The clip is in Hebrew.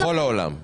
בכל העולם.